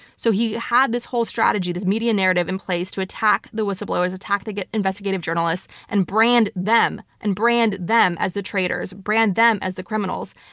so he had this whole strategy, this media narrative, in place to attack the whistleblowers, attack the investigative journalists, and brand them and brand them as the traitors. brand them as the criminals.